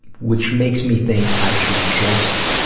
which makes me think i should just,